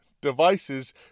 devices